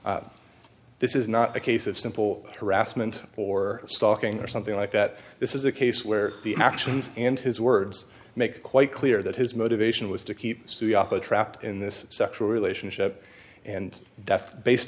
again this is not a case of simple harassment or stalking or something like that this is a case where the actions and his words make it quite clear that his motivation was to keep trapped in this sexual relationship and death based